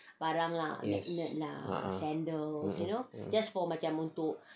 yes a'ah ah